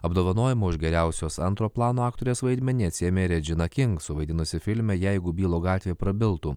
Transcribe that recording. apdovanojimą už geriausios antro plano aktorės vaidmenį atsiėmė režina kinks suvaidinusi filme jeigu bylo gatvė prabiltų